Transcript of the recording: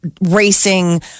racing